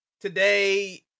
today